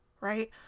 Right